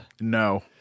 No